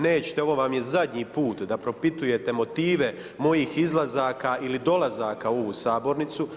Nećete ovo vam je zadnji put da propitujete motive mojih izlazaka ili dolazaka u ovu sabornicu.